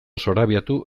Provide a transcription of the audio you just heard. zorabiatu